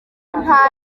nta